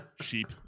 sheep